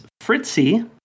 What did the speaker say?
Fritzy